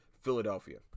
philadelphia